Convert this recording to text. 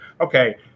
okay